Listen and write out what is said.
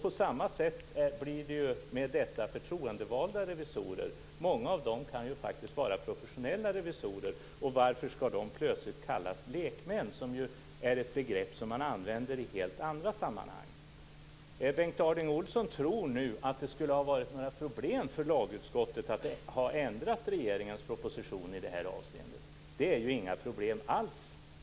På samma sätt blir det med dessa förtroendevalda revisorer. Många av dem kan ju faktiskt vara professionella revisorer. Varför skall de då plötsligt kallas lekmän, som ju är ett begrepp som används i helt andra sammanhang? Bengt Harding Olson tror nu att det skulle ha varit problem för lagutskottet att ändra regeringens proposition i det här avseendet, men det är ju inga problem alls.